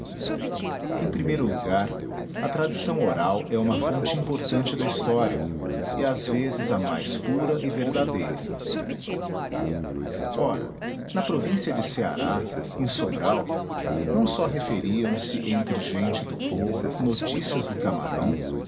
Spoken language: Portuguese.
em primeiro lugar a tradição oral é uma fonte importante da história e às vezes a mais pura e verdadeira ora na província de ceará em sobral não só referiam se entre gente do povo notícias do camarão